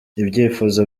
ibyifuzo